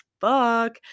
fuck